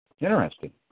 Interesting